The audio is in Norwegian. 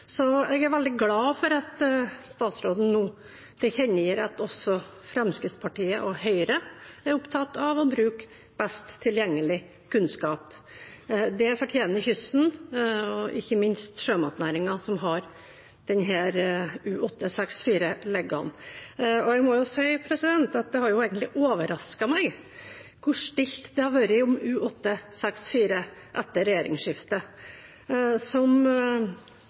Så jeg er veldig glad for at statsråden nå tilkjennegir at også Fremskrittspartiet og Høyre er opptatt av å bruke best tilgjengelig kunnskap. Det fortjener kysten og ikke minst sjømatnæringen, som har denne U-864 liggende. Jeg må si at det har egentlig overrasket meg hvor stille det har vært rundt denne U-864 etter regjeringsskiftet. Som